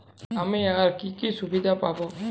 আমি আর কি কি সুবিধা পাব?